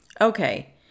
Okay